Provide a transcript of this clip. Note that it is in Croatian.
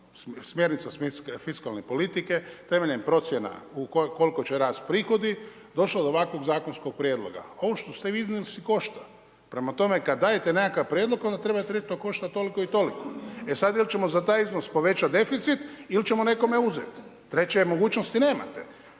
smjernica fiskalne politike, temeljem procjena u koliko će rasti prihodi došla do ovakvog zakonskog prijedloga. Ovo što ste vi iznijeli košta. Prema tome, kad dajete nekakav prijedlog, onda treba reći to košta toliko i toliko. E sad, ili ćemo za taj iznos povećati deficit ili ćemo nekome uzeti. Treća je mogućnost nemate.